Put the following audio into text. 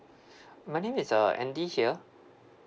my name is uh andy here